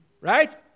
Right